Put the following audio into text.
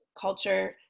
culture